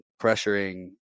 pressuring